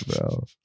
bro